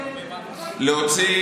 להוציא